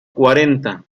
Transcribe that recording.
cuarenta